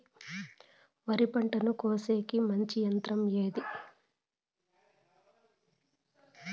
వరి పంటను కోసేకి మంచి యంత్రం ఏది?